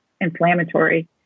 inflammatory